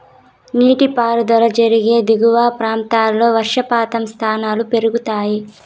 నీటిపారుదల జరిగే దిగువ ప్రాంతాల్లో వర్షపాతం స్థాయిలు పెరుగుతాయి